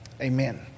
amen